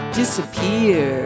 disappear